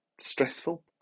stressful